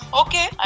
okay